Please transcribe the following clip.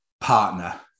partner